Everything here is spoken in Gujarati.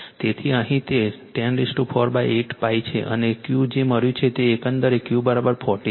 તેથી અહીં તે 10 48 π છે અને Q જે મળ્યું છે તે એકંદર Q 40 છે